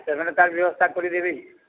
ସେମାନେ ତା'ର ବ୍ୟବସ୍ଥା କରିଦେବେ